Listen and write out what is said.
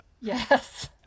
Yes